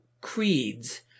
creeds